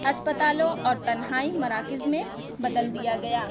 اسپتالوں اور تنہائی مراکز میں بدل دیا گیا